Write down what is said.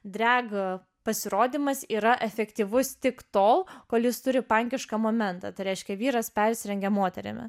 drag pasirodymas yra efektyvus tik tol kol jis turi pankišką momentą tai reiškia vyras persirengia moterimi